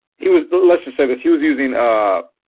he was let's just say this he was using ah